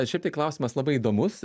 šiaip tai klausimas labai įdomus